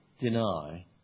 deny